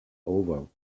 over